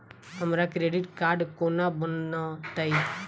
हमरा credit card कोना बनतै?